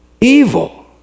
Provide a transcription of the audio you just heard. evil